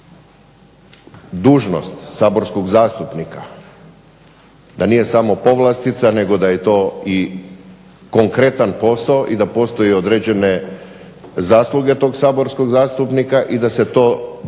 dužnost saborskog zastupnika da nije samo povlastica nego da je to i konkretan posao i da postoje određene zasluge tog saborskog zastupnika i da se to treba